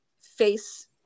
face